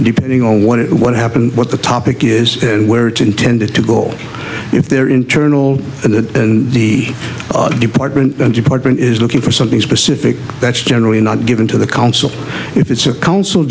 depending on what it what happened what the topic is where it's intended to go if they're internal to the department the department is looking for something specific that's generally not given to the council if it's a council